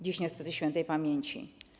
Dziś niestety świętej pamięci.